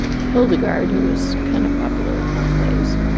hildegard, who was kind of popular in those days,